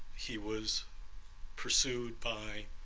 he was pursued by